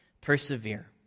Persevere